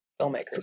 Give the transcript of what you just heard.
filmmakers